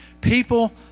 people